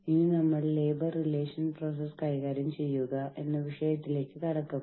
ഇനി എന്താണ് സംഘടിത തൊഴിലാളികൾ